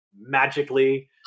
magically